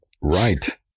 Right